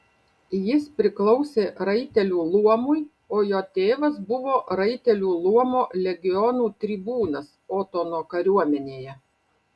jis priklausė raitelių luomui o jo tėvas buvo raitelių luomo legionų tribūnas otono kariuomenėje